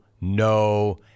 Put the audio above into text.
No